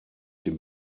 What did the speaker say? den